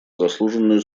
заслуженную